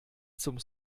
zum